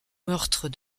meurtres